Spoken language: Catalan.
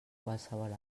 qualsevol